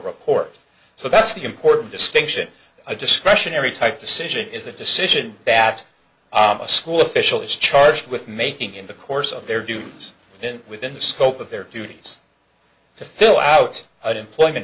report so that's the important distinction a discretionary type decision is a decision that i'm a school official is charged with making in the course of their duties and within the scope of their duties to fill out an employment